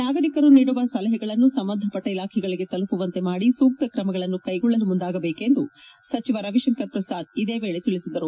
ನಾಗರಿಕರು ನೀಡುವ ಸಲಹೆಗಳನ್ನು ಸಂಬಂಧಪಟ್ಟ ಇಲಾಖೆಗಳಿಗೆ ತಲುಪುವಂತೆ ಮಾಡಿ ಸೂಕ್ತ ಕ್ರಮಗಳನ್ನು ಕೈಗೊಳ್ಳುವಳ್ಳಿ ಮುಂದಾಗವೇಕೆಂದು ಸಚಿವ ರವಿಶಂಕರ್ ಪ್ರಸಾದ್ ಹೇಳದರು